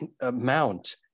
amount